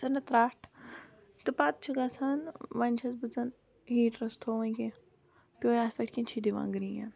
ژھٕ نہٕ ترٛٹھ تہٕ پَتہٕ چھُ گَژھان وۄنۍ چھس بہٕ زَن ہیٖٹرَس تھو وۄنۍ پیٚو اَتھ پٮ۪ٹھ کینٛہہ چھُ دِوان گِریَن